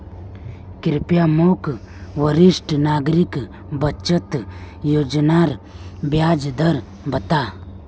कृप्या मोक वरिष्ठ नागरिक बचत योज्नार ब्याज दर बता